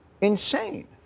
insane